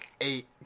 eight